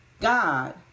God